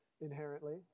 inherently